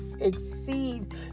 exceed